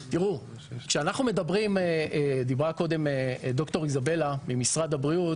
כשדיברה קודם ד"ר איזבלה ממשרד הבריאות